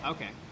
Okay